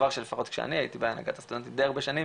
דבר שלפחות שהייתי בהנהגת הסטודנטים די הרבה שנים,